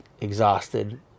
exhausted